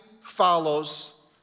follows